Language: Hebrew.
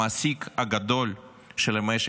המעסיק הגדול של המשק.